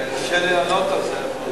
קשה לי לענות על זה.